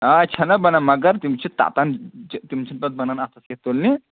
آ چھَناہ بَنان مگر تِم چھِ تتان تِم چھِنہٕ پَتہٕ بَنان اَتھَس کیٚتھ تُلنہِ